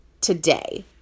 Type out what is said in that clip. today